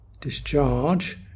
discharge